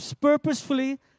purposefully